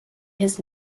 his